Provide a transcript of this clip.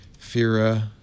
FIRA